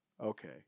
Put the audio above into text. Okay